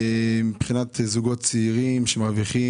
זוגות צעירים שמשתכרים